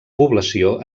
població